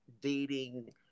dating